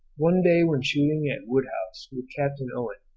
one day when shooting at woodhouse with captain owen,